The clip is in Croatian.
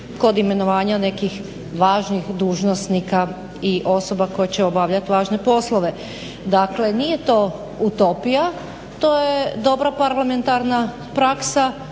kod imenovanja nekih važnih dužnosnika i osoba koje će obavljati važne poslove. Dakle nije to utopija, to je dobra parlamentarna praksa